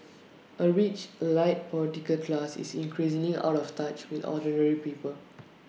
A rich elite political class is increasingly out of touch with ordinary people